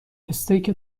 استیک